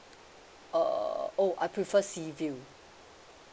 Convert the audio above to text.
uh oh I prefer sea view